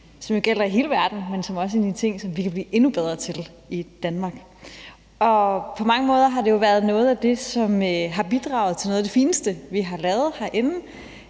Det gælder i hele verden, men det er også en af de ting, som vi kan blive endnu bedre til i Danmark. På mange måder har det været noget af det, som har bidraget til noget af det fineste, vi har lavet herinde.